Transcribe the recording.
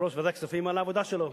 יושב-ראש ועדת הכספים, על העבודה שלו.